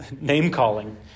name-calling